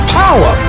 power